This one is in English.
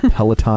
Peloton